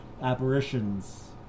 apparitions